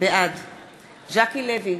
בעד ז'קי לוי,